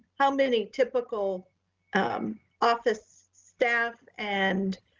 how many typical um office staff and